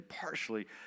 partially